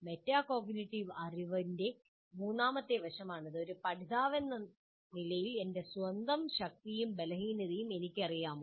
metacognitive അറിവിന്റെ മൂന്നാമത്തെ വശമാണിത് ഒരു പഠിതാവെന്ന നിലയിൽ എന്റെ സ്വന്തം ശക്തിയും ബലഹീനതയും എനിക്കറിയാമോ